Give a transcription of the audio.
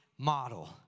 model